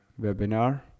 webinar